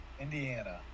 Indiana